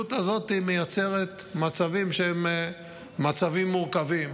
המציאות הזאת יוצרת מצבים שהם מצבים מורכבים.